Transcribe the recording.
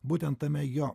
būtent tame jo